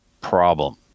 problem